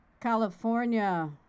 California